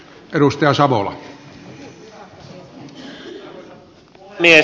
arvoisa puhemies